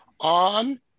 on